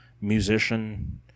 musician